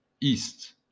east